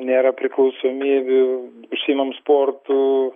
nėra priklausomybių užsiimam sportu